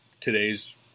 today's